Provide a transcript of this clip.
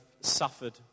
suffered